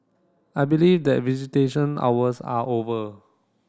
I believe that visitation hours are over